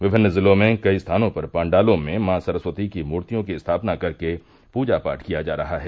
विभिन्न जिलों में कई स्थानों पर पाण्डालों में मॉ सरस्वती की मूर्तियों की स्थापना कर के पूजा पाठ किया जा रहा है